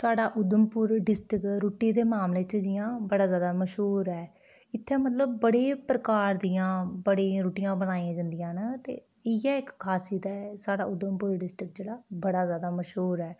साढ़ा उधमपुर डिस्ट्रिक्ट रुट्टी दे मामले च जियां बड़ा जादा मश्हूर ऐ इत्थें मतलब बड़े प्रकार दियां बड़ियां रुट्टियां बनाई जंदियां न इयै इक्क खासियत ऐ साढ़ा उधमपुर डिस्ट्रिक्ट जेह्ड़ा बड़ा जादा मश्हूर ऐ